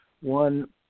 one